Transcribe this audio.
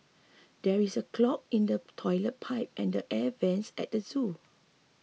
there is a clog in the Toilet Pipe and the Air Vents at the zoo